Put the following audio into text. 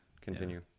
Continue